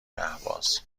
اهواز